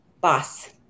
boss